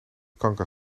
kanker